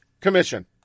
commission